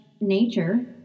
nature